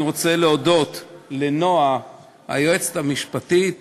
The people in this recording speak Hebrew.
אני רוצה להודות לנועה, היועצת המשפטית,